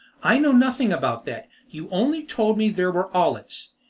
i know nothing about that you only told me there were olives.